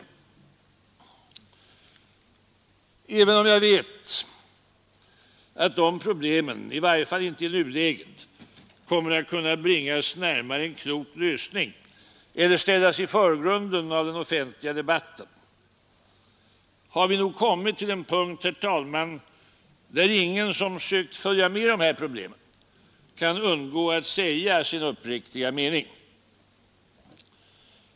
Även om jag vet att de problemen i varje fall inte i nuläget kommer att kunna bringas närmare en klok lösning eller ställas i förgrunden av den offentliga debatten vill jag säga att vi nog har kommit till en punkt, herr talman, där ingen som sökt följa med de här problemen kan undgå att säga sin uppriktiga mening.